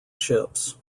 ships